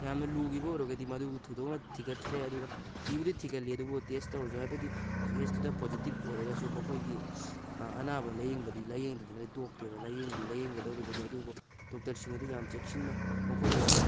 ꯌꯥꯝꯅ ꯂꯨꯈꯤꯕ ꯑꯣꯏꯔꯒꯗꯤ ꯃꯗꯨ ꯊꯣꯏꯗꯣꯛꯅ ꯊꯤꯒꯠꯇ꯭ꯔꯦ ꯑꯗꯨꯒ ꯊꯤꯕꯨꯗꯤ ꯊꯤꯒꯠꯂꯤ ꯑꯗꯨꯕꯨ ꯇꯦꯁ ꯇꯧꯔꯁꯨ ꯍꯥꯏꯕꯗꯤ ꯇꯦꯁꯇꯨꯗ ꯄꯣꯖꯤꯇꯤꯚ ꯑꯣꯏꯔꯒꯁꯨ ꯃꯈꯣꯏꯒꯤ ꯑꯅꯥꯕ ꯂꯥꯏꯌꯦꯡꯕꯗꯤ ꯂꯥꯏꯌꯦꯡꯗꯗꯅ ꯇꯣꯛꯇꯦꯕ ꯂꯥꯏꯌꯦꯡꯗꯤ ꯂꯥꯏꯌꯦꯡꯒꯗꯧꯔꯤꯕꯅꯤ ꯑꯗꯨꯕꯨ ꯗꯣꯛꯇꯔꯁꯤꯡ ꯑꯗꯨ ꯌꯥꯝ ꯆꯦꯛꯁꯤꯟꯅ ꯃꯈꯣꯏꯗ